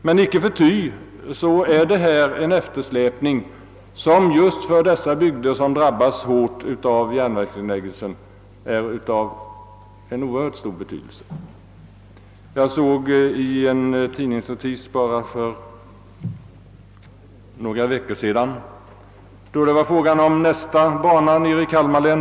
Men icke förty råder härvidlag en eftersläpning, som får stora verkningar för de bygder som drabbas av järnvägsnedläggning. Jag läste häromdagen en tidningsartikel rörande nedläggningen av persontrafiken på linjen Berga—Kalmar.